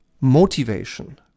motivation